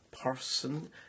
Person